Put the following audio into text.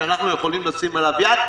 שאנחנו יכולים לשים עליו יד?